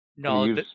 No